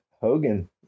Hogan